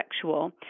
sexual